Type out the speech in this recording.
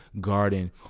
garden